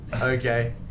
Okay